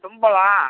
தும்பலம்